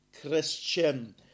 Christian